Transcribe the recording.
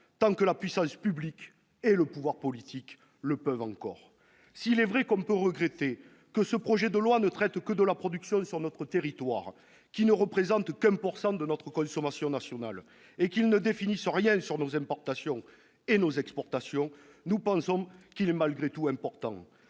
tant que la puissance publique et le pouvoir politique le peuvent encore. Si l'on peut regretter que ce projet de loi ne traite que de la production d'hydrocarbures sur notre territoire, laquelle ne représente que 1 % de notre consommation nationale, et qu'il ne définisse rien sur nos importations et nos exportations, nous pensons malgré tout qu'il